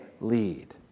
lead